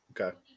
Okay